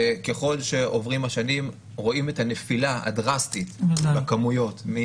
ככל שעוברות השנים רואים את הנפילה הדרסטית בכמויות,